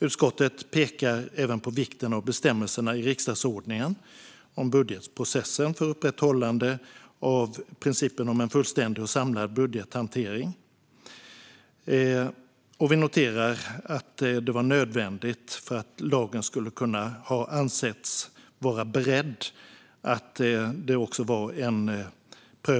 Utskottet pekar även på vikten av bestämmelserna i riksdagsordningen om budgetprocessen för upprätthållandet av principen om en fullständig och samlad budgethantering." Vi noterar att en prövning i riksdagen var nödvändig för att lagen skulle kunna anses vara beredd.